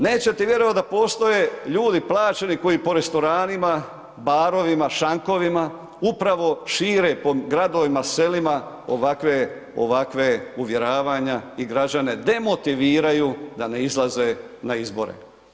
Nećete vjerovati, da postoje, ljudi plaćeni, koji po restoranima, barovima, šankovima, upravo šire po gradivima, selima ovakve uvjeravanje i građane demotiviraju da ne izlaze na izbore.